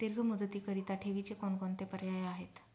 दीर्घ मुदतीकरीता ठेवीचे कोणकोणते पर्याय आहेत?